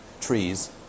trees